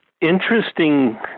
interesting